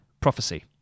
prophecy